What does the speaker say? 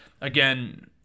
Again